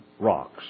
rocks